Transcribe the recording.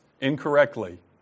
incorrectly